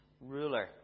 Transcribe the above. ruler